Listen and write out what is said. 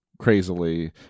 crazily